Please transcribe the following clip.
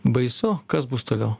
baisu kas bus toliau